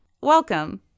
Welcome